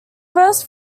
first